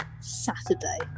saturday